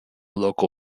local